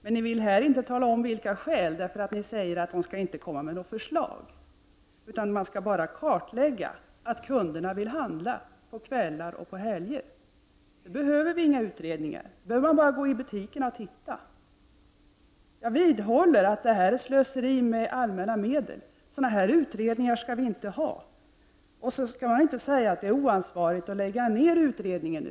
Men ni vill inte här tala om vilka dessa skäl är. Ni säger att man inte skall komma med förslag utan att man bara skall göra en kartläggning. Det handlar då om kundernas önskan att handla på kvällar och helger. Men det behövs inte några utredningar för att kartlägga den saken. Det är bara att gå in i butikerna och se hur det förhåller sig. Jag vidhåller att det här är slöseri med allmänna medel. Sådana här utredningar skall vi inte ha. Dessutom skall man inte säga att det skulle vara oansvarigt att nu lägga ned utredningen.